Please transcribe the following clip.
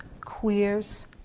queers